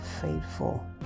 faithful